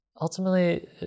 ultimately